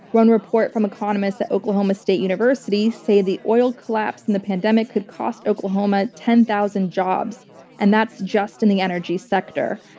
one report from economists at oklahoma state university says the oil collapse and the pandemic could cost oklahoma ten thousand jobs and that's just in the energy sector.